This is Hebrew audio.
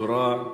צורה,